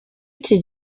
iki